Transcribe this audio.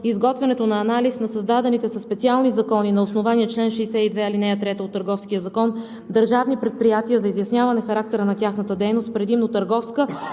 изготвянето на анализ на създадените със специални закони на основание чл. 62, ал. 3 от Търговския закон държавни предприятия за изясняване характера на тяхната дейност предимно търговска